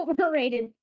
overrated